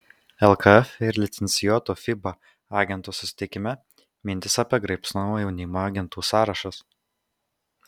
lkf ir licencijuotų fiba agentų susitikime mintys apie graibstomą jaunimą agentų sąrašas